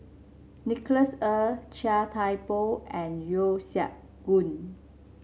Nicholas Ee Chia Thye Poh and Yeo Siak Goon